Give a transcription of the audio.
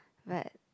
but